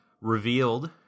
revealed